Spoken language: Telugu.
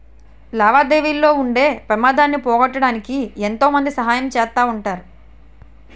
లావాదేవీల్లో ఉండే పెమాదాన్ని పోగొట్టడానికి ఎంతో మంది సహాయం చేస్తా ఉంటారు